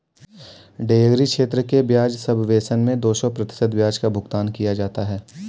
dairy क्षेत्र के ब्याज सबवेसन मैं दो प्रतिशत ब्याज का भुगतान किया जाता है